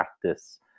practice